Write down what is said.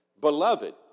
Beloved